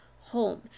home